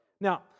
Now